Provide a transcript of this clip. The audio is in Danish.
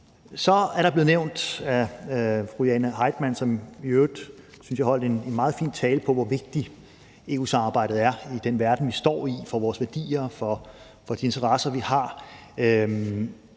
måned. Så blev det nævnt af fru Jane Heitmann, som i øvrigt, synes jeg, holdt en meget fin tale om, hvor vigtigt EU-samarbejdet er i den verden, vi lever i, for vores værdier, for de interesser, vi har.